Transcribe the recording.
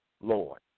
Lord